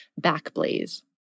Backblaze